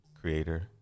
Creator